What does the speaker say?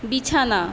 বিছানা